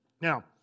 Now